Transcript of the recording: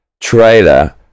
trailer